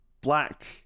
black